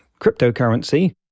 cryptocurrency